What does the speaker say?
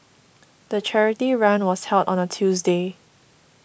the charity run was held on a Tuesday